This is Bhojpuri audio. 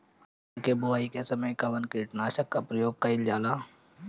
गेहूं के बोआई के समय कवन किटनाशक दवाई का प्रयोग कइल जा ला?